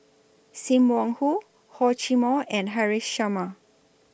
SIM Wong Hoo Hor Chim Or and Haresh Sharma